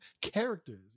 characters